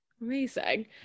Amazing